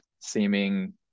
seeming